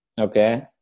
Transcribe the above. Okay